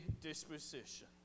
disposition